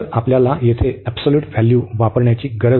तर आपल्याला येथे एबसोल्यूट व्हॅल्यू वापरण्याची गरज नाही